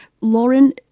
Lauren